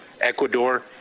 Ecuador